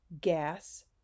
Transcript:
gas